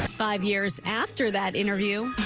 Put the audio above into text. five years after that interview.